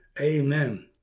Amen